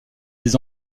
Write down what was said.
des